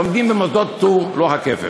לומדים במוסדות פטור לוח הכפל.